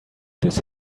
this